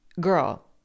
girl